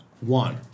One